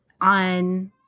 on